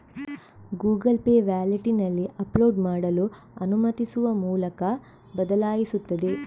Google Pay ವ್ಯಾಲೆಟಿನಲ್ಲಿ upload ಮಾಡಲು ಅನುಮತಿಸುವ ಮೂಲಕ ಬದಲಾಯಿಸುತ್ತದೆ